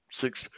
six